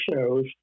shows